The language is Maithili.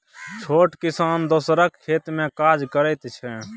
छोट किसान दोसरक खेत मे काज करैत छै